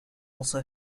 also